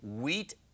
Wheat